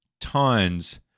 tons